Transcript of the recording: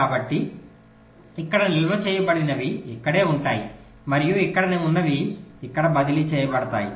కాబట్టి ఇక్కడ నిల్వ చేయబడినవి ఇక్కడే ఉంటాయి మరియు ఇక్కడ ఉన్నవి ఇక్కడ బదిలీ చేయబడతాయి